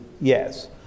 Yes